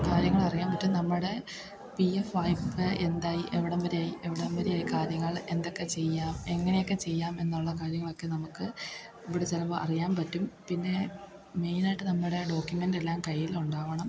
കാര്യങ്ങളറിയാൻ പറ്റും നമ്മുടെ P F വായ്പ്പ എന്തായി എവിടം വരെയായി എവിടം വരെ ആയി കാര്യങ്ങൾ എന്തൊക്കെ ചെയ്യാം എങ്ങനെയൊക്കെ ചെയ്യാം എന്നുള്ള കാര്യങ്ങളൊക്കെ നമുക്ക് ഇവിടെ ചിലപ്പോൾ അറിയാൻ പറ്റും പിന്നെ മെയ്നായിട്ട് നമ്മുടെ ഡോക്കിമെൻ്റെല്ലാം കയ്യിലുണ്ടാവണം